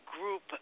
group